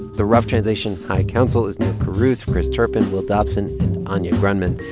the rough translation high council is neal carruth, chris turpin, will dobson, and anya grundmann.